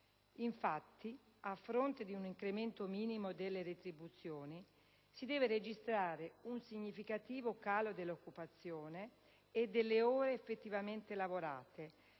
Infatti, a fronte di un incremento minimo delle retribuzioni, si deve registrare un significativo calo dell'occupazione e delle ore effettivamente lavorate